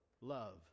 love